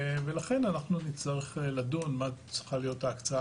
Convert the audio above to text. ולכן אנחנו נצטרך לדון מה צריכה להיות ההקצאה